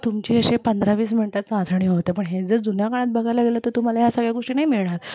तुमची अशे पंधरा वीस मिनटाचं आजणे होतं पण हे जर जुन्या काळात बघायला गेलं तर तुम्हाला ह्या सगळ्या गोष्टी नाही मिळाल